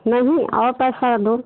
नहीं और पैसा दो